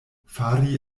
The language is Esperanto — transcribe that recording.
fari